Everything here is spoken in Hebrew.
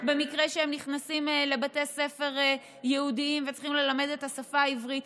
במקרה שהם נכנסים לבתי ספר יהודיים וצריכים ללמד את השפה העברית.